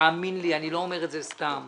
תאמין לי, אני לא אומר את זה סתם.